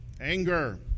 anger